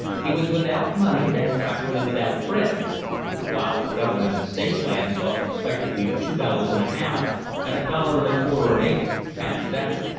he was without money, and practically without friends while government and state lands cost respectively two dollars and a half and a dollar and a quarter an acre, cash down.